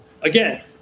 Again